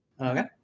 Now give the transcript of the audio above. Okay